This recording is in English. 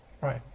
Right